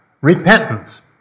repentance